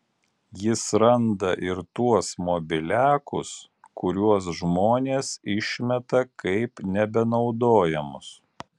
jis randa ir tuos mobiliakus kuriuos žmonės išmeta kaip nebenaudojamus